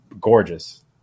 gorgeous